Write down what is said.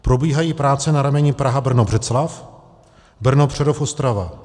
Probíhají práce na rameni PrahaBrnoBřeclav, BrnoPřerovOstrava.